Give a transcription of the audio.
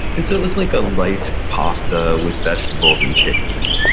and so it was like a light pasta with vegetables and chicken.